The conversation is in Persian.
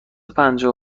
پنجاه